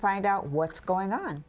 find out what's going on